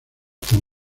tan